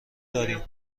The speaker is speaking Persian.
داریم